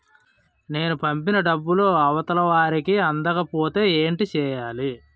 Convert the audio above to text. నేను పంపిన డబ్బులు అవతల వారికి అందకపోతే ఏంటి చెయ్యాలి?